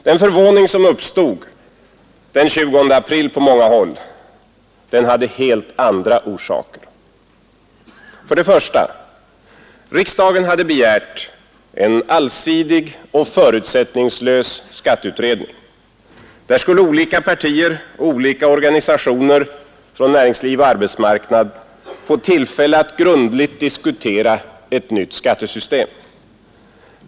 Den förvåning som uppstod den 20 april på många håll hade helt andra orsaker. För det första: Riksdagen hade begärt en allsidig och förutsättningslös skatteutredning. Där skulle olika partier och olika organisationer från näringsliv och arbetsmarknad få tillfälle att grundligt diskutera ett nytt skattesystem.